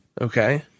Okay